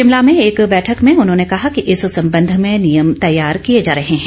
शिमला में एक बैठक में उन्होंने कहा कि इस संबंध में नियम तैयार किए जा रहे हैं